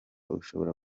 ushobora